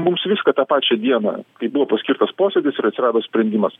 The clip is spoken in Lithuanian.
mums viską tą pačią dieną tai buvo paskirtas posėdis ir atsirado sprendimas